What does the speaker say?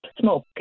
smoke